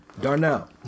Darnell